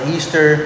Easter